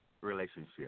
relationship